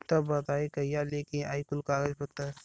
तब बताई कहिया लेके आई कुल कागज पतर?